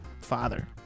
father